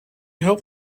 help